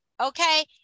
okay